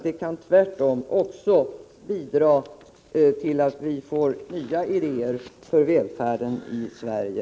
Det kan tvärtom bidra till att vi får nya idéer för välfärden i Sverige.